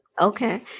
Okay